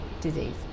disease